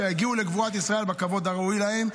שיגיעו לקבורת ישראל בכבוד הראוי להם.